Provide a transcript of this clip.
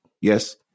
Yes